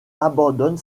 abandonne